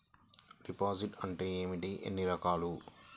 Deposit అంటే ఏమిటీ ఎన్ని రకాలు?